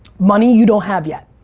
money, you don't have yet.